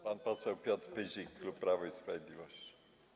Pan poseł Piotr Pyzik, klub Prawo i Sprawiedliwość.